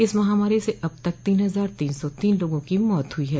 इस महामारी से अब तक तीन हजार तीन सौ तीन लोगों की मौत हुई है